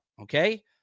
okay